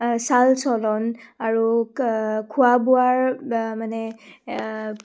চাল চলন আৰু খোৱা বোৱাৰ মানে